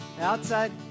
outside